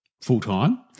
full-time